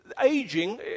aging